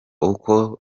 uko